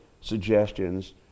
suggestions